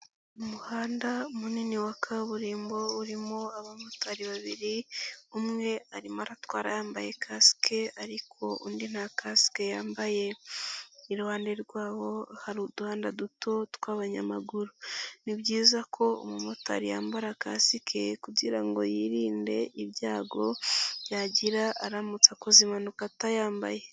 Umuhanda munini wa kaburimbo urimo abamotari babiri, umwe arimo aratwara yambaye kasike ariko undi nta kasike yambaye, iruhande rwabo hari uduhanda duto tw'abanyamaguru, ni byiza ko umumotari yambara kasike kugira ngo yirinde ibyago byagira aramutsa akoze impanuka atayambaye.